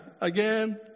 again